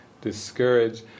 discouraged